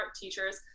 teachers